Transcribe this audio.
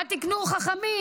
מה תיקנו חכמים,